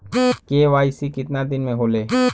KYC कितना दिन में होले?